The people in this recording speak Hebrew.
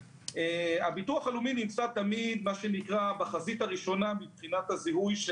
הביטוח הלאומי נמצא תמיד בחזית הראשונה מבחינת הזיהוי של